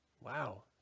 wow